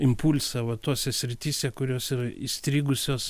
impulsą va tose srityse kurios yra įstrigusios